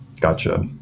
Gotcha